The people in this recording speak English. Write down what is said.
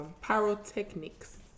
pyrotechnics